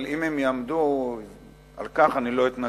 אבל אם הם יעמדו על כך אני לא אתנגד.